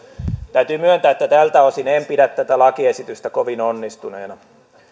täytyy myöntää että tältä osin en pidä tätä lakiesitystä kovin onnistuneena